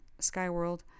Skyworld